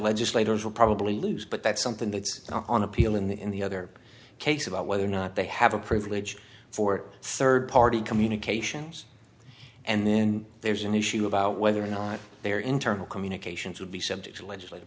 legislators will probably lose but that's something that's not on appeal in the in the other case about whether or not they have a privilege for third party communications and then there's an issue about whether or not their internal communications would be subject to legislat